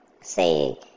say